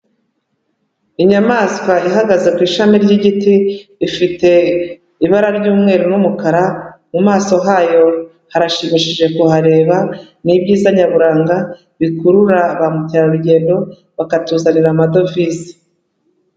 Inyamaswa ihagaze ku ishami ry'igiti, ifite ibara ry'umweru n'umukara, mu maso hayo harashimishije kuhareba, ni ibyiza nyaburanga bikurura ba mukerarugendo, bakatuzanira amadovize.